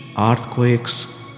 earthquakes